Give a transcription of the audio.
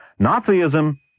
Nazism